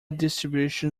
distribution